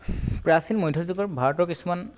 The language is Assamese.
প্ৰাচীন মধ্যযুগৰ ভাৰতৰ কিছুমান